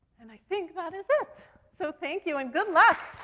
and i think that is it. so thank you and good luck.